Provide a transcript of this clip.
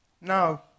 Now